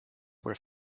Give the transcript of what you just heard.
were